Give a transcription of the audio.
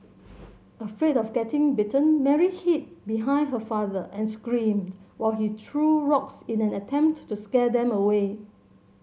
afraid of getting bitten Mary hid behind her father and screamed while he threw rocks in an attempt to to scare them away